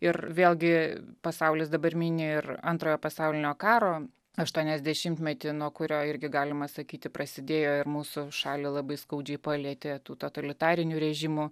ir vėlgi pasaulis dabar mini ir antrojo pasaulinio karo aštuoniasdešimtmetį nuo kurio irgi galima sakyti prasidėjo ir mūsų šalį labai skaudžiai palietė tų totalitarinių režimų